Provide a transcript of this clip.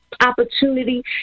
opportunity